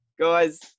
guys